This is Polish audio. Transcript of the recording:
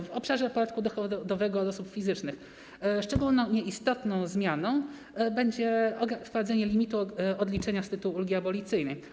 W obszarze podatku dochodowego od osób fizycznych, szczególną i istotną zmianą będzie wprowadzenie limitu odliczenia z tytułu ulgi abolicyjnej.